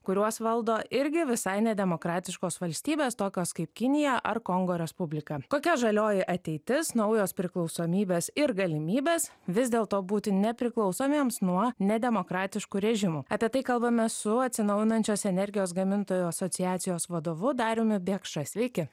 kuriuos valdo irgi visai nedemokratiškos valstybės tokios kaip kinija ar kongo respublika kokia žalioji ateitis naujos priklausomybės ir galimybės vis dėlto būti nepriklausomiems nuo nedemokratiškų režimų apie tai kalbame su atsinaujinančios energijos gamintojų asociacijos vadovu dariumi biekša sveiki